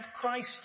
Christ